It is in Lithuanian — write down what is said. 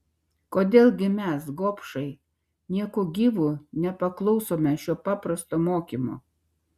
kodėl gi mes gobšai nieku gyvu nepaklausome šio paprasto mokymo